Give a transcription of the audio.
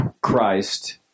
Christ